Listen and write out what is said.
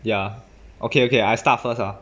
ya okay okay I start first ah